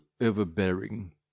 overbearing